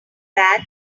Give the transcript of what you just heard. that